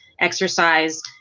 exercise